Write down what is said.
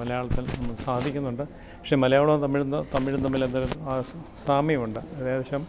മലയാളത്തിൽ നമുക്ക് സാധിക്കുന്നുണ്ട് പക്ഷെ മലയാളവും തമിഴും ത തമിഴും തമ്മിൽ സാമ്യമുണ്ട് അതായത് ഏകദേശം